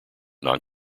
non